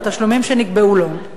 בתשלומים שנקבעו לו.